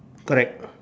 correct